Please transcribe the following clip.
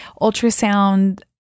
ultrasound